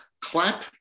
clap